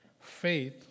Faith